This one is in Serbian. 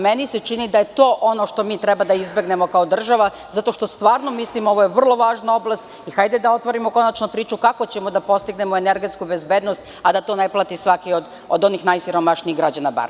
Meni se čini da je to ono što mi treba da izbegnemo kao država, zato što stvarno mislimo, ovo je vrlo važna oblast, i hajde da otvorimo konačno priču kako ćemo da postignemo energetsku bezbednost, a da to ne plati svaki od onih najsiromašnijih građana, bar.